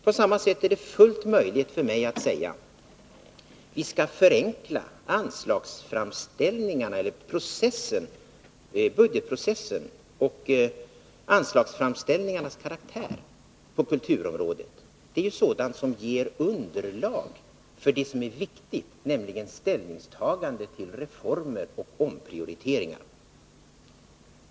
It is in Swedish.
På samma sätt är det fullt möjligt för mig att säga: Vi skall förenkla budgetprocessen och anslagsframställningarnas karaktär på kulturområdet. Det är sådant som ger underlag för det som är viktigt, nämligen ställningstagande till reformer och omprioriteringar.